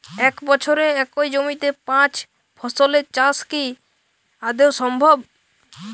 এক বছরে একই জমিতে পাঁচ ফসলের চাষ কি আদৌ সম্ভব?